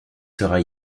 sera